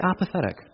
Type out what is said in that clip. apathetic